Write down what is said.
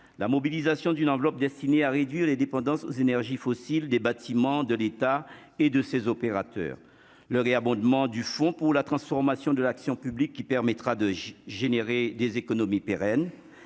la mobilisation d'une enveloppe destinée à réduire les dépendance aux énergies fossiles, des bâtiments de l'État et de ses opérateurs le ré-abondement du Fonds pour la transformation de l'action publique qui permettra de générer des économies pérennes